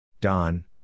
Don